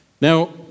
Now